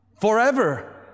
forever